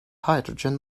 hydrogen